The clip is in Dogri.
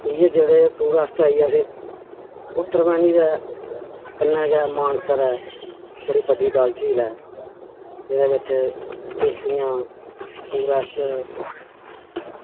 इ'यै जेह्ड़े टूरिस्ट आइयै फिर उत्तरबैह्नी दे कन्नै गै मानसर ऐ बड़ी बड्डी डल झील ऐ एह्दे बिच्च किश्तियां टूरिस्ट